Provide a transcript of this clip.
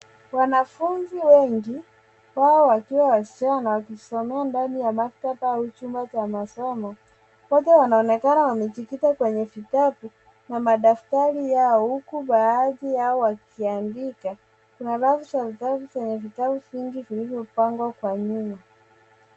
Wanafunzi wengi wao wakiwa wasichana wakisomea ndani ya maktaba au chumba cha masomo. Wote wanaonekana wamejificha kwenye vitabu na madaftari yao huku baadhi yao wakiandika. Kuna rafu za vitabu zenye vitabu vingi zilizopangwa kwa nyuma.